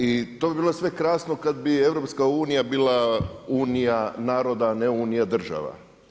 I to bi bilo sve krasno kad bi EU bila Unija naroda, ne Unija država.